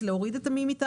מייל.